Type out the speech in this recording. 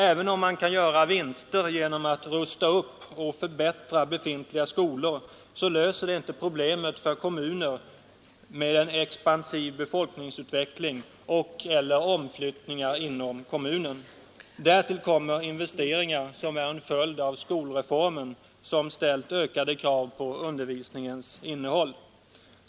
Även om man kan göra vinster Nr 45 genom att rusta upp och förbättra befintliga skolor löser det inte Torsdagen den problemet för kommuner med en expansiv befolkningsutveckling och/ 15 mars 1973 eller omflyttningar inom kommunen. Därtill kommer investeringar som är en följd av skolreformen, som ställt ökade krav på undervisningens innehåll.